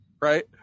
Right